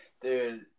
Dude